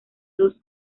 dos